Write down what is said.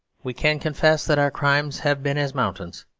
we can confess that our crimes have been as mountains,